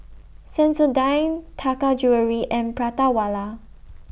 Sensodyne Taka Jewelry and Prata Wala